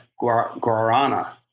Guarana